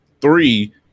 Three